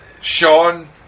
Sean